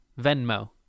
Venmo